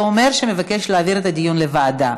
זה אומר שהוא מבקש להעביר את הדיון לוועדה.